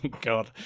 God